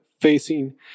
facing